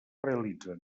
realitzen